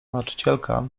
nauczycielka